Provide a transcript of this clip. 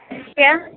کیا